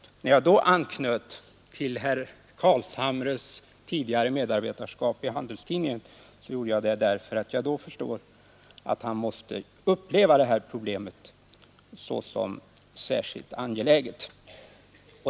Och när jag då anknöt till herr Carlshamres tidigare medarbetarskap i Handelstidningen gjorde jag det därför att jag förstår att han måste uppleva detta problem som särskilt angeläget.